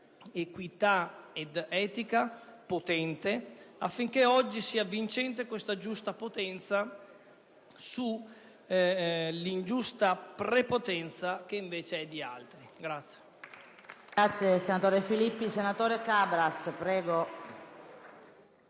equità ed etica potente affinché oggi sia vincente questa giusta potenza sull'ingiusta pre-potenza. **Testo integrale